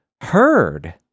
heard